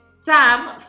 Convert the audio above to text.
Sam